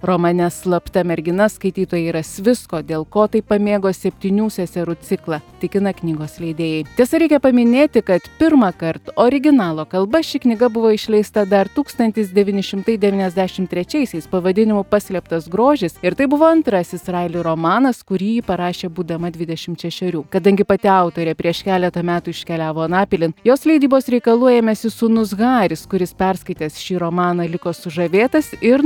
romane slapta mergina skaitytojai ras visko dėl ko taip pamėgo septynių seserų ciklą tikina knygos leidėjai tiesa reikia paminėti kad pirmąkart originalo kalba ši knyga buvo išleista dar tūkstantis devyni šimtai devyniasdešim trečiaisiais pavadinimu paslėptas grožis ir tai buvo antrasis raili romanas kurį ji parašė būdama dvidešimt šešerių kadangi pati autorė prieš keletą metų iškeliavo anapilin jos leidybos reikalų ėmėsi sūnus haris kuris perskaitęs šį romaną liko sužavėtas ir